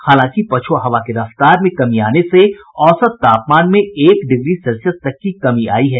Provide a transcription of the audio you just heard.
हालांकि पछ्आ हवा की रफ्तार में कमी आने से औसत तापमान में एक डिग्री सेल्सियस तक की कमी आई है